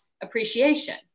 appreciation